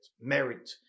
merit